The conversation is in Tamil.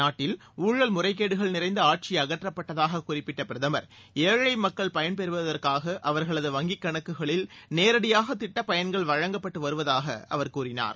நாட்டில் ஊழல் முறைகேடுகள் நிறைந்த ஆட்சி அகற்றப்பட்டதாக குறிப்பிட்ட பிரதமர் ஏழை மக்கள் பயன்பெறுவதற்காக அவர்களது வங்கிக் கணக்குகளில் நேரடியாக திட்டப் பயன்கள் வழங்கப்பட்டு வருவாதாக அவர் கூறினார்